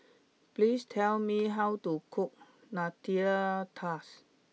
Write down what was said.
please tell me how to cook Nutella Tart